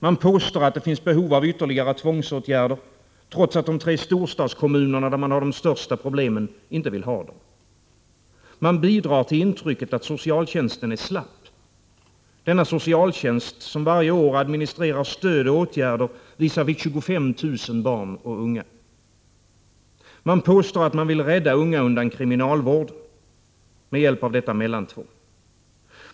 Man påstår att det finns behov av ytterligare tvångsåtgärder, trots att de tre storstadskommunerna, där man har de största problemen, inte vill ha dem. Man bidrar till intrycket att socialtjänsten är slapp — denna socialtjänst som varje år administrerar stöd och åtgärder visavi 25 000 barn och unga. Man påstår att man vill rädda unga undan kriminalvården med hjälp av detta mellantvång.